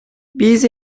биз